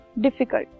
difficult